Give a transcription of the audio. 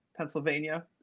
Pennsylvania